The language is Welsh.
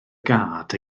gad